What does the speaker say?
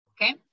okay